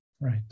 Right